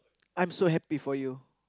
I'm so happy for you